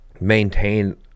maintain